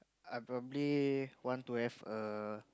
I probably want to have a